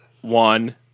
one